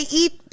eat